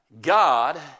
God